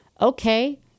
Okay